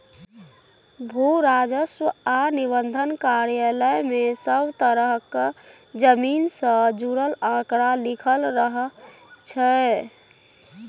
भू राजस्व आ निबंधन कार्यालय मे सब तरहक जमीन सँ जुड़ल आंकड़ा लिखल रहइ छै